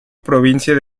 provincia